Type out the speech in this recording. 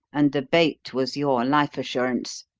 and the bait was your life assurance.